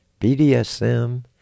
BDSM